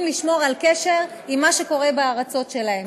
לשמור על קשר עם מה שקורה בארצות שלהם.